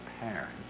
parents